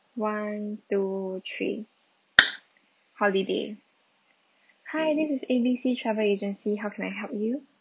one two three holiday hi this is A B C travel agency how can I help you